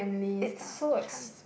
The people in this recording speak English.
it's so ex~~